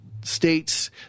states